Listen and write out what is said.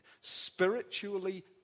spiritually